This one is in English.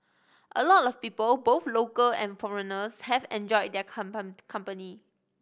a lot of people both local and foreigners have enjoyed their company